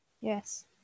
Yes